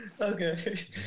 Okay